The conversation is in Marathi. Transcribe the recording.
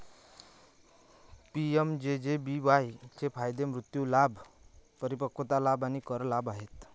पी.एम.जे.जे.बी.वाई चे फायदे मृत्यू लाभ, परिपक्वता लाभ आणि कर लाभ आहेत